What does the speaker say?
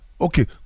Okay